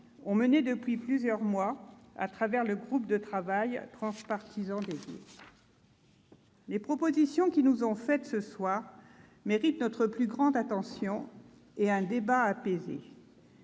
ont mené depuis plusieurs mois, à travers le groupe de travail transpartisan dédié. Les propositions qui nous sont faites ce soir méritent notre plus grande attention et un débat apaisé.